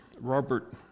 Robert